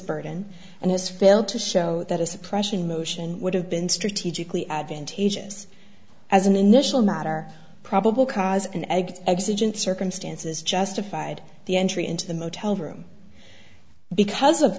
burden and has failed to show that a suppression motion would have been strategically advantageous as an initial matter probable cause an egg exigent circumstances justified the entry into the motel room because of